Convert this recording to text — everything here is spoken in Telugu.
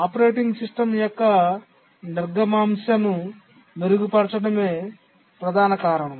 ఆపరేటింగ్ సిస్టమ్ యొక్క నిర్గమాంశను మెరుగుపరచడమే ప్రధాన కారణం